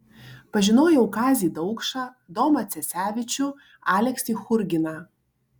pažinojau kazį daukšą domą cesevičių aleksį churginą